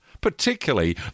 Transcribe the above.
particularly